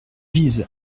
vise